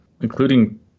including